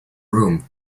room